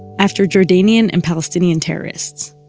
after jordanian and palestinian terrorists.